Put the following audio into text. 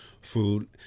food